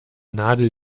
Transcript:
nadel